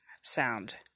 sound